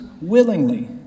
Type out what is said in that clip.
willingly